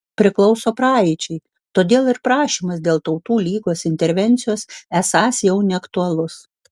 priklauso praeičiai todėl ir prašymas dėl tautų lygos intervencijos esąs jau neaktualus